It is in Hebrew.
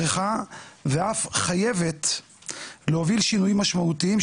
צריכה ואף חייבת להוביל שינויים משמעותיים,